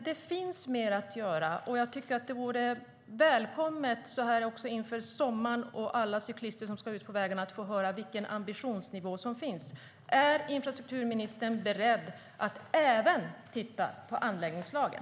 Det finns mer att göra, och det vore välkommet för alla cyklister som ska ut på vägarna i sommar att höra vilken ambitionsnivå som finns. Är infrastrukturministern beredd att även titta på anläggningslagen?